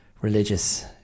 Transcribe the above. religious